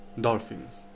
dolphins